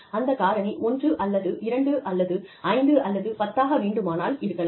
அந்த காரணி 1 அல்லது 2 அல்லது 5 அல்லது 10 ஆக வேண்டுமானால் இருக்கலாம்